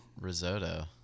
Risotto